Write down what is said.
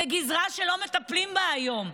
זו גזרה שלא מטפלים בה היום,